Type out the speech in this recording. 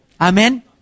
Amen